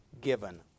given